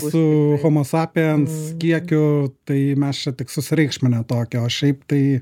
su homosapiens kiekiu tai mes čia tik susireikšminę tokie o šiaip tai